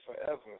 forever